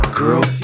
girl